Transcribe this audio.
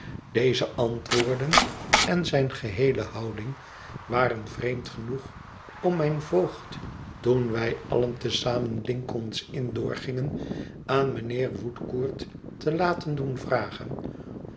deze antwoorden en zijne geheele houding waren vreemd genoeg om mijn voogd toen wij allen te zamen lincoln's inn doorgingen aan mijnheer woodcourt te doen vragen